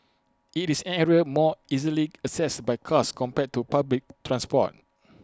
IT is an area more easily accessed by cars compared to public transport